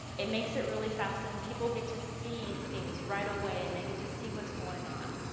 it makes it really fast and people get to see things right away and they get to see what's going on.